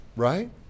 Right